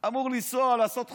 אמור לנסוע, לעשות חוזים.